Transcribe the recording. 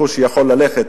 הכושי יכול ללכת.